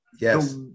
Yes